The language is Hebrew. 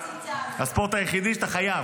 הספורט היחיד שאתה חייב,